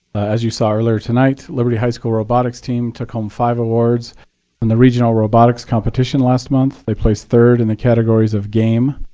as you saw earlier tonight, liberty high school robotics team took home five awards in and the regional robotics competition last month. they placed third in the categories of game,